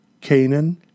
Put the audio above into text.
Canaan